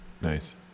nice